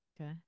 Okay